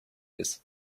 lose